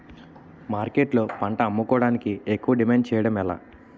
మార్కెట్లో పంట అమ్ముకోడానికి ఎక్కువ డిమాండ్ చేయడం ఎలా?